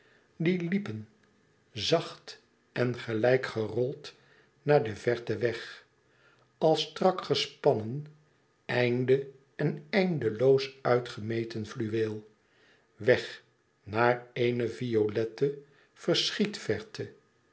die liepen zacht en gelijk gerold naar de verte weg als strak gespannen eindeen eindeloos uitgemeten fluweel weg naar eene violette verschietverte